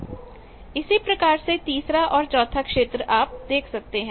इसी प्रकार से तीसरा और चौथा क्षेत्र आप देख सकते हैं